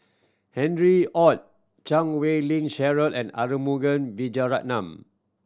Harry Ord Chan Wei Ling Cheryl and Arumugam Vijiaratnam